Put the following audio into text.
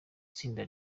itsinda